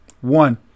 One